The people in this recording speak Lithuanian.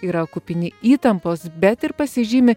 yra kupini įtampos bet ir pasižymi